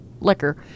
liquor